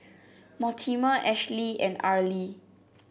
Mortimer Ashley and Arely